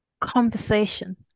Conversation